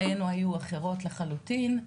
חיינו היו אחרות לחלוטין,